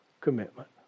commitment